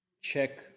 check